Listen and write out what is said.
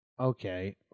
Okay